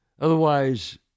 Otherwise